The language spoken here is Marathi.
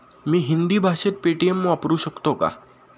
मी हिंदी भाषेत पेटीएम वापरू शकतो का?